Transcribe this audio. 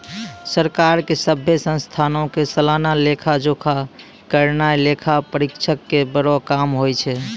सरकार के सभ्भे संस्थानो के सलाना लेखा जोखा करनाय लेखा परीक्षक के बड़ो काम होय छै